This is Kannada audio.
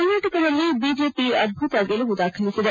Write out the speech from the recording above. ಕರ್ನಾಟಕದಲ್ಲಿ ಬಿಜೆಪಿ ಅದ್ಭುತ ಗೆಲುವು ದಾಖಲಿಸಿದೆ